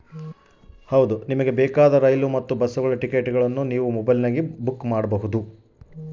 ನಮಗೆ ಬೇಕಾದ ರೈಲು ಮತ್ತ ಬಸ್ಸುಗಳ ಟಿಕೆಟುಗಳನ್ನ ನಾನು ಮೊಬೈಲಿನಾಗ ಬುಕ್ ಮಾಡಬಹುದೇನ್ರಿ?